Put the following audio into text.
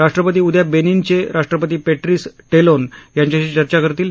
राष्ट्रपती उद्या बेनीनचे राष्ट्रपती पेट्रीस टेलोन यांच्याशी चर्चा करतील